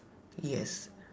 yes